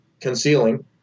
concealing